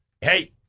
hey